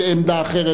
עמדה אחרת,